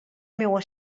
meua